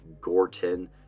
Gorton